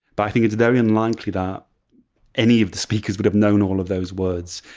but i think it's very unlikely that any of the speakers would have known all of those words.